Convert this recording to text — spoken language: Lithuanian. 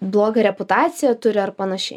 blogą reputaciją turi ar panašiai